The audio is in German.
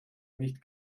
nicht